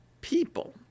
people